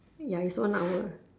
ya is one hour